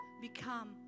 become